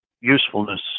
usefulness